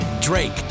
Drake